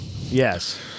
Yes